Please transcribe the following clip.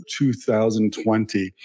2020